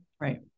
right